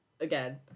Again